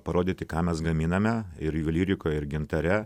parodyti ką mes gaminame ir juvelyrikoje ir gintare